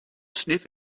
sniff